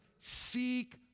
seek